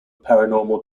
paranormal